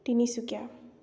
Tinsukia